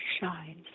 shines